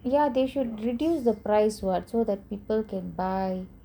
ya they should reduce the price [what] so that people can buy